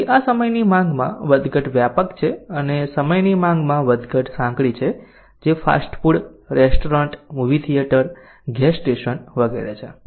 તેથી આ સમયની માંગમાં વધઘટ વ્યાપક છે અને સમયની માંગમાં વધઘટ સાંકડી છે જે fast food restaurant movie theatre gas station વગેરે છે